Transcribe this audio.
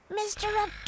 Mr